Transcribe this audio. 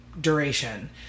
duration